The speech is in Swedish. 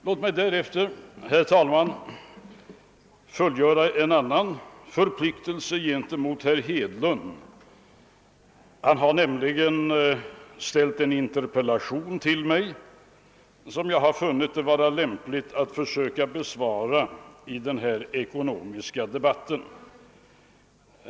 Låt mig efter detta, herr talman, fullgöra en förpliktelse gentemot herr Hedlund. Han har nämligen ställt en interpellation till mig, som jag har funnit lämpligt att besvara i denna ekonomiska debatt.